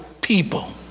people